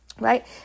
Right